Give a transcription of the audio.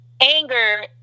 Anger